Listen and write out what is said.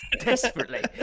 Desperately